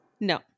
No